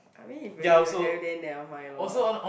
I mean if really don't have then never mind lor